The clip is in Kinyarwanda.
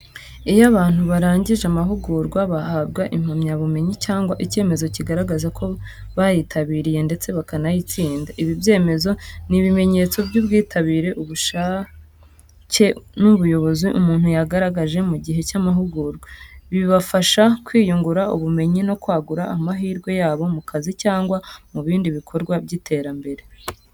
Iyo abantu barangije amahugurwa, bahabwa impamyabumenyi cyangwa icyemezo kigaragaza ko bayitabiriye ndetse bakanayatsinda. Ibi byemezo ni ibimenyetso by’ubwitabire, ubushake n’ubushobozi umuntu yagaragaje mu gihe cy’amahugurwa. Bibafasha kwiyungura ubumenyi no kwagura amahirwe yabo mu kazi cyangwa mu bindi bikorwa by’iterambere.